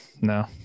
No